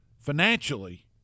financially